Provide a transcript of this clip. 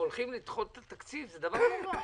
הולכים לדחות את התקציב זה דבר נורא.